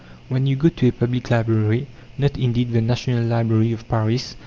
when you go to a public library not indeed the national library of paris,